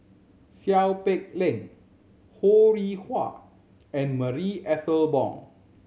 Seow Peck Leng Ho Rih Hwa and Marie Ethel Bong